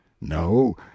No